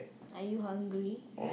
are you hungry